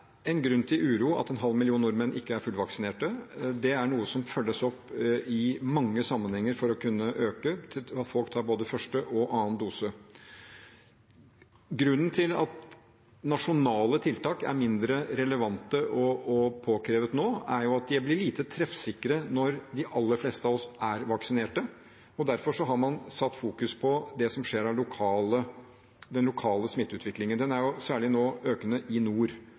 grunn til uro over at en halv million nordmenn ikke er fullvaksinert. Å øke det er noe som følges opp i mange sammenhenger, at folk tar både første og annen dose. Grunnen til at nasjonale tiltak er mindre relevante og påkrevet nå, er jo at de blir lite treffsikre når de aller fleste av oss er vaksinert. Derfor har man fokusert på den lokale smitteutviklingen, og den er jo nå særlig økende i nord,